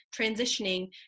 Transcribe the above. transitioning